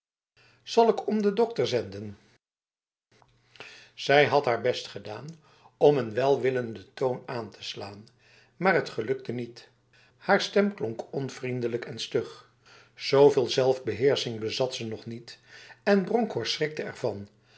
zal ik om de dokter zenden zij had haar best gedaan om een welwillende toon aan te slaan maar het gelukte niet haar stem klonk onvriendelijk en stug zveel zelfbeheersing bezat ze nog niet en bronkhorst schrikte ervan